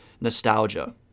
nostalgia